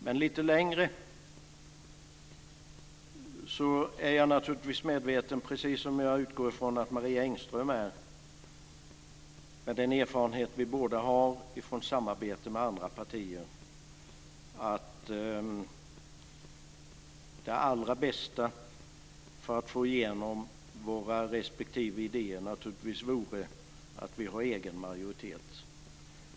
Men med ett lite längre svar är jag naturligtvis medveten om, precis som jag utgår från att Marie Engström är - med den erfarenhet vi båda har från samarbete med andra partier - att det allra bästa för att få igenom våra respektive idéer naturligtvis vore att vi har egen majoritet.